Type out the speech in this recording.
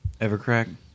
Evercrack